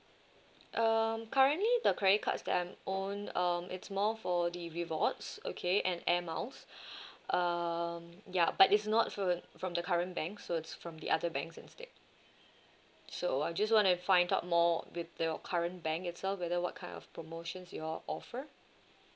um currently the credit cards that I own um it's more for the rewards okay and air miles um ya but it's not from from the current bank so it's from the other banks instead so I just want to find out more with your current bank itself whether what kind of promotions you all offer